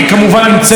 והרוב הרע,